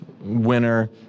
winner